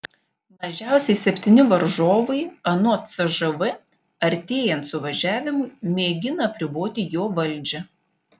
mažiausiai septyni varžovai anot cžv artėjant suvažiavimui mėgina apriboti jo valdžią